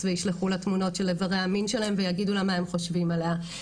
וישלחו לה תמונות של איברי המין שלהם ויגידו לה מה הם חושבים עליה.